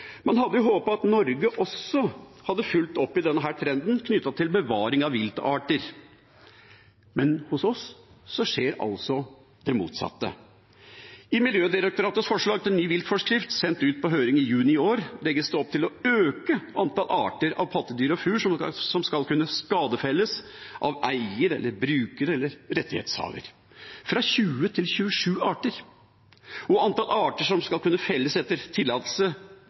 Man hadde håpet at Norge også hadde fulgt opp denne trenden knyttet til bevaring av viltarter, men hos oss skjer altså det motsatte. I Miljødirektoratets forslag til ny viltforskrift, sendt ut på høring i juni i år, legges det opp til å øke antall arter av pattedyr og fugl som skal kunne skadefelles av eier, bruker eller rettighetshaver, fra 20 til 27 arter. Antall arter som skal kunne felles etter tillatelse